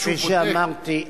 כפי שאמרתי,